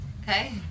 okay